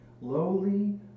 Lowly